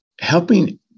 helping